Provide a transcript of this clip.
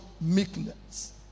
meekness